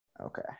Okay